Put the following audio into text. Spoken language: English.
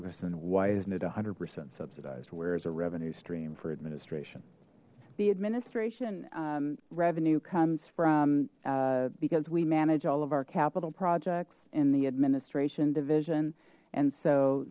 the question why isn't it a hundred percent subsidized where is a revenue stream for administration the administration revenue comes from because we manage all of our capital projects in the administration division and so